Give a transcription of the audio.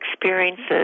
experiences